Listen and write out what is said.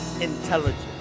intelligence